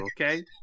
okay